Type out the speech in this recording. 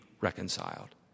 reconciled